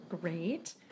Great